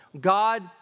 God